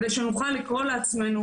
כדי שנוכל לקרוא לעצמנו,